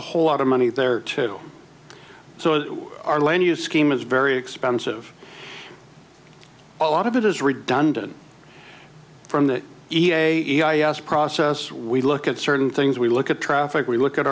a whole lot of money there too so our land use scheme is very expensive a lot of it is redundant from that e t a e i a s process we look at certain things we look at traffic we look at